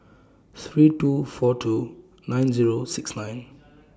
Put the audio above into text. three two four two nine Zero six nine